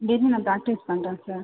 டெய்லியும் நான் ப்ராக்ட்டிஸ் பண்ணுறேன் சார்